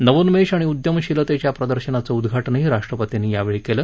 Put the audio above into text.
नवोन्मेष आणि उद्यमशीलतेच्या प्रदर्शनाचं उद्घाटनंही राष्ट्रपतींनी यावेळी केलं